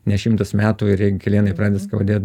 ne šimtas metų ir jei kelienai pradeda skaudėt